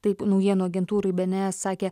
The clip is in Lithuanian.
taip naujienų agentūrai bns sakė